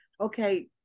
okay